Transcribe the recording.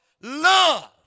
Love